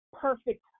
perfect